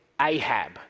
Ahab